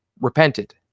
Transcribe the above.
repented